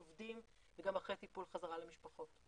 עובדים וגם אחרי טיפול חזרה למשפחות.